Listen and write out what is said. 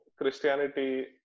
Christianity